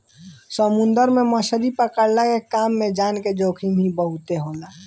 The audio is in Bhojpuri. समुंदर में मछरी पकड़ला के काम में जान के जोखिम ही बहुते होला